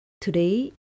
today